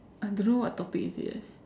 I don't know what topic is it eh